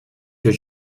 your